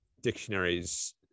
dictionaries